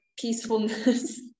peacefulness